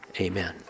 Amen